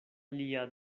alia